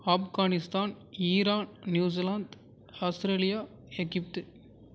Afghanistan iron New Zealand Australia Egypt